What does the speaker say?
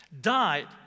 died